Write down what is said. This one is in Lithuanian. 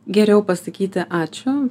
geriau pasakyti ačiū